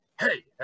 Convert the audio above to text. Hey